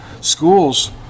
Schools